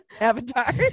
avatar